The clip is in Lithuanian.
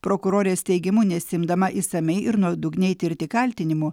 prokurorės teigimu nesiimdama išsamiai ir nuodugniai tirti kaltinimų